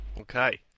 Okay